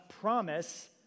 promise